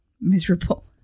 miserable